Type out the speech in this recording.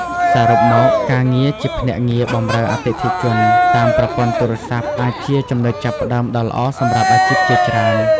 សរុបមក ការងារជាភ្នាក់ងារបម្រើអតិថិជនតាមប្រព័ន្ធទូរស័ព្ទ អាចជាចំណុចចាប់ផ្ដើមដ៏ល្អសម្រាប់អាជីពជាច្រើន។